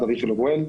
מד"א ואיכילוב וול,